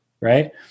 Right